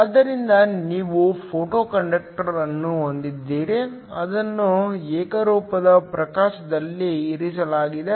ಆದ್ದರಿಂದ ನೀವು ಫೋಟೋಕಾಂಡಕ್ಟರ್ ಅನ್ನು ಹೊಂದಿದ್ದೀರಿ ಅದನ್ನು ಏಕರೂಪದ ಪ್ರಕಾಶದಲ್ಲಿ ಇರಿಸಲಾಗಿದೆ